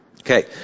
Okay